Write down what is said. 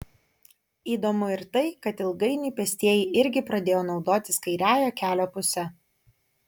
įdomu ir tai kad ilgainiui pėstieji irgi pradėjo naudotis kairiąja kelio puse